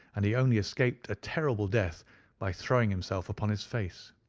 and he only escaped a terrible death by throwing himself upon his face.